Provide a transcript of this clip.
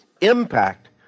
impact